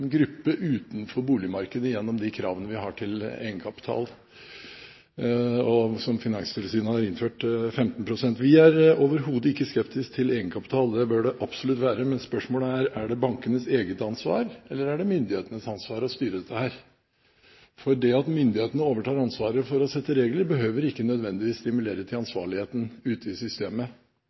gruppe utenfor boligmarkedet. Vi er overhodet ikke skeptisk til egenkapital – det bør det absolutt være – men spørsmålet er: Er det bankenes eget ansvar, eller er det myndighetenes ansvar å styre dette? Det at myndighetene overtar ansvaret for å sette regler, behøver ikke nødvendigvis stimulere til ansvarlighet ute i systemet.